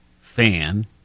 fan